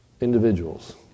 individuals